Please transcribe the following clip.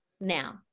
Now